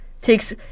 takes